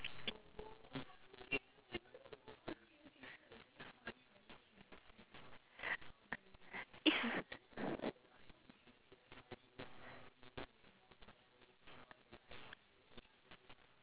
it's